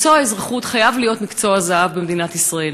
שמקצוע האזרחות חייב להיות מקצוע זהב במדינת ישראל.